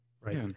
Right